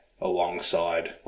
alongside